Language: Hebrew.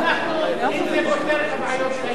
אם זה פותר את הבעיות של היהודים,